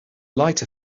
light